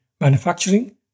manufacturing